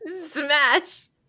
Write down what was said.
smash